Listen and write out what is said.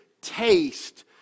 taste